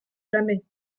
jamais